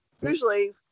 usually